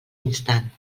instant